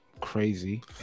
Crazy